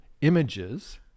Images